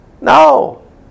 No